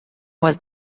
was